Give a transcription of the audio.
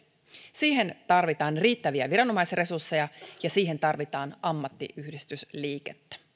siihen tarvitaan riittäviä viranomaisresursseja ja siihen tarvitaan ammattiyhdistysliikettä